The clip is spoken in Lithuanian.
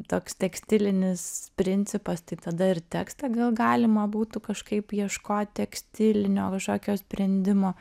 toks tekstilinis principas tai tada ir tekstą gal galima būtų kažkaip ieškot tekstilinio kažkokio sprendimo